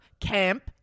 Camp